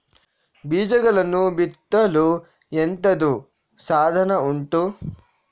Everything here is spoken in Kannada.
ಬೀಜಗಳನ್ನು ಬಿತ್ತಲು ಎಂತದು ಸಾಧನ ಉಂಟು?